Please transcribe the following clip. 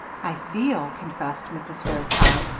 i feel, confessed mrs. fairchild,